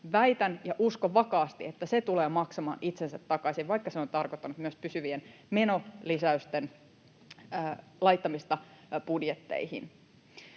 Väitän ja uskon vakaasti, että se tulee maksamaan itsensä takaisin, vaikka se on tarkoittanut myös pysyvien menolisäysten laittamista budjetteihin.